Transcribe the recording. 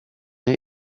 est